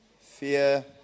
Fear